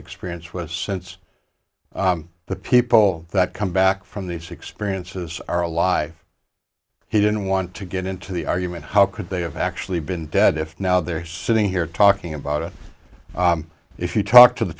experience with a sense the people that come back from these experiences are alive he didn't want to get into the argument how could they have actually been dead if now they're sitting here talking about it if you talk to the